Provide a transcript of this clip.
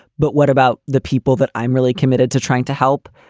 but what about the people that i'm really committed to trying to help?